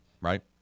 right